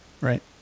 right